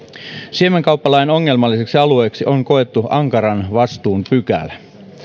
siemenkauppalain ongelmalliseksi alueeksi on koettu ankaran vastuun pykälä